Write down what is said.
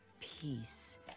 peace